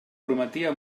prometia